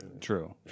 true